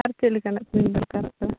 ᱟᱨ ᱪᱮᱫ ᱞᱮᱠᱟᱱᱟᱜ ᱠᱚᱵᱮᱱ ᱫᱚᱨᱠᱟᱨᱚᱜ ᱠᱟᱱᱟ